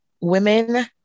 women